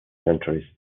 centuries